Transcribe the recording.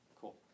Cool